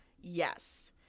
Yes